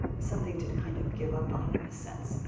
something to kind of give up on in a sense.